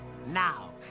now